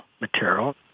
material